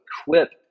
equip